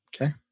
Okay